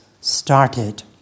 started